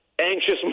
anxious